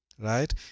right